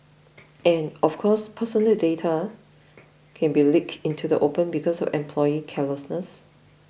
and of course personal data can be leaked into the open because of employee carelessness